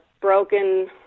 broken